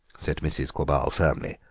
said mrs. quabarl firmly,